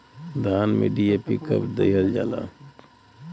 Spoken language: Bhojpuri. धान में डी.ए.पी कब दिहल जाला?